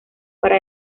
para